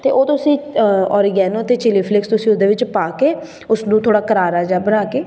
ਅਤੇ ਉਹ ਤੁਸੀਂ ਔਰੀਗੈਨੋ ਅਤੇ ਚਿਲੀ ਫਲਿਕਸ ਤੁਸੀਂ ਉਹਦੇ ਵਿੱਚ ਪਾ ਕੇ ਉਸਨੂੰ ਥੋੜ੍ਹਾ ਕਰਾਰਾ ਜਿਹਾ ਬਣਾ ਕੇ